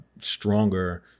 stronger